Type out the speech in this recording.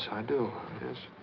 i do. yes.